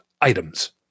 items